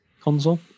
console